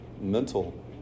mental